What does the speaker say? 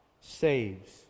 saves